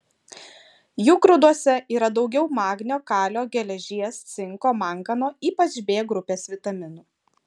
jų grūduose yra daugiau magnio kalio geležies cinko mangano ypač b grupės vitaminų